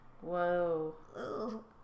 Whoa